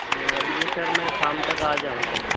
یہ یہ سر میں شام تک آ جاؤں گا